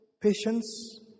patience